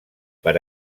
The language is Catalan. per